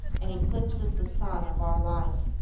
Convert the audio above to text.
and eclipses the sun of our life,